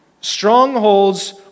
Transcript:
Strongholds